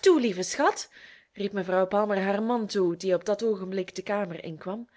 toe lieve schat riep mevrouw palmer haar man toe die op dat oogenblik de kamer inkwam